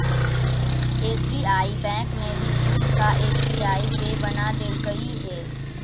SBI bank ने भी खुद का एस.बी.आई पे बना देलकइ हे